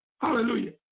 Hallelujah